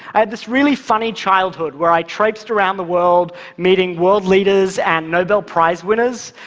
i had this really funny childhood where i traipsed around the world meeting world leaders and noble prize winners,